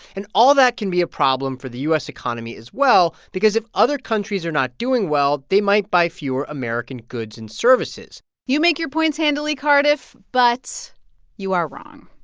and all of that can be a problem for the u s. economy as well because if other countries are not doing well, they might buy fewer american goods and services you make your points handily, cardiff, but you are wrong.